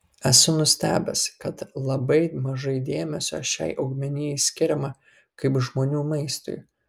esu nustebęs kad labai mažai dėmesio šiai augmenijai skiriama kaip žmonių maistui